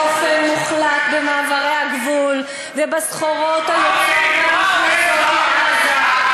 ישראל שולטת באופן מוחלט במעברי הגבול ובסחורות היוצאות והנכנסות לעזה.